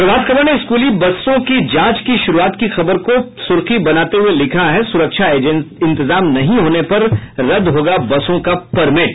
प्रभात खबर ने स्कूली बसों की जांच की शुरूआत की खबर को सुर्खी बनाते हुये लिखा है सुरक्षा इंतजाम नहीं होने पर रद्द होगा बसों का परमिट